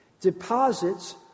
deposits